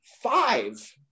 five